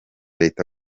leta